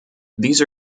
these